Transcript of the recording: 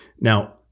Now